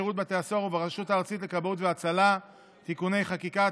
בשירות בתי הסוהר וברשות הארצית לכבאות והצלה (תיקוני חקיקה),